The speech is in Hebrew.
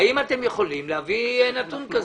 האם אתם יכולים להביא נתון כזה?